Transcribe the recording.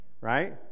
Right